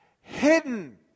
hidden